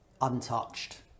untouched